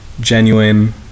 genuine